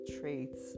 traits